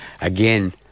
again